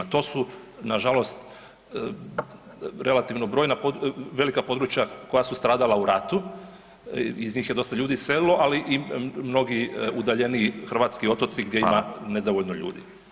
To su nažalost relativno brojna, velika područja koja su stradala u ratu, iz njih je dosta ljudi iselilo, ali i mnogi udaljeniji hrvatski otoci gdje ima nedovoljno ljudi.